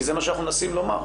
כי זה מה שאנחנו מנסים לומר.